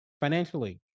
financially